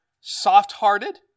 soft-hearted